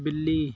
ਬਿੱਲੀ